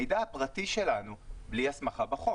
מידע פרטי שלנו בלי הסמכה בחוק.